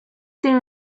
tiene